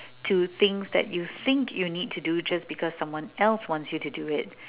to things that you think you need to do just because someone else wants you to do it